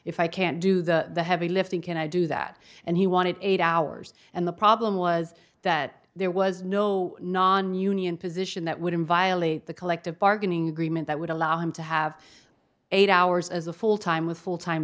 if i can't do the heavy lifting can i do that and he wanted eight hours and the problem was that there was no nonunion position that would in violate the collective bargaining agreement that would allow him to have eight hours as a full time with full time